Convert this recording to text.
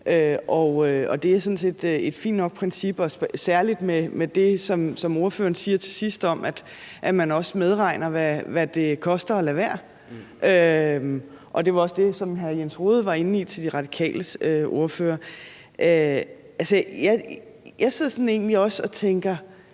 set et fint nok princip, og særlig med det, som ordføreren siger til sidst, om, at man også medregner, hvad det koster at lade være. Det var også det, som hr. Jens Rohde var inde på til De Radikales ordfører. Jeg sidder egentlig også og tænker: